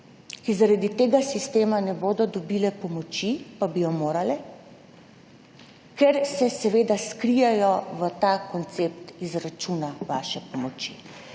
ki zaradi tega sistema ne bodo dobile pomoči, pa bi jo morale, ker se seveda skrijejo v ta koncept izračuna vaše pomoči.